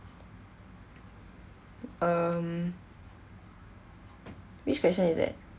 um which question is it